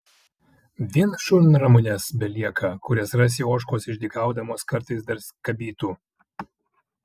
vien šunramunės belieka kurias rasi ožkos išdykaudamos kartais dar skabytų